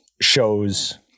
shows